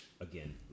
again